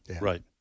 right